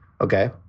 Okay